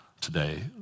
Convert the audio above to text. today